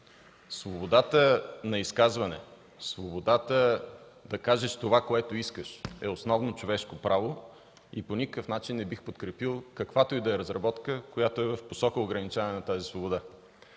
Свободата на изказване, свободата да кажеш това, което искаш, е основно човешко право и по никакъв начин не бих подкрепил каквато и да е разработка, която е в посока ограничаване на тази свобода.